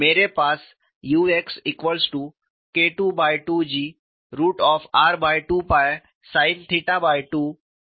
मेरे पास uxKII2Gr2sin22 2cos22 है